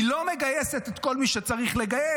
היא לא מגייסת את כל מי שצריך לגייס.